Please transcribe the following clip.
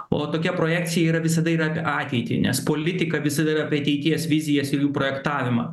o tokia projekcija yra visada yra apie ateitį nes politika visada yra apie ateities vizijas ir jų projektavimą